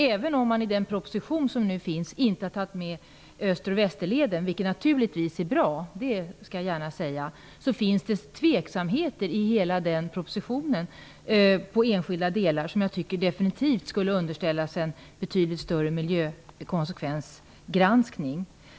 Även om man i den proposition som har lagts fram inte har tagit med Öster och Västerleden -- vilket, det skall jag gärna säga, naturligtvis är bra -- finns det i hela propositionen tveksamheter på enskilda delar, och detta borde enligt min mening definitivt underställas en betydligt större miljökonsekvensgranskning.